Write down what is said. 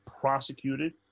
prosecuted